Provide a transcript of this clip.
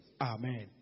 Amen